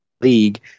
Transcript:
league